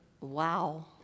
Wow